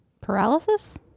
Paralysis